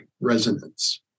resonance